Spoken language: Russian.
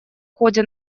ходе